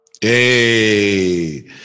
Hey